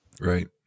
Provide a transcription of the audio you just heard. Right